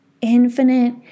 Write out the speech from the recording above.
infinite